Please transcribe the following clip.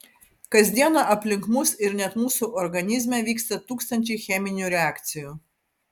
kas dieną aplink mus ir net mūsų organizme vyksta tūkstančiai cheminių reakcijų